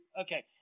Okay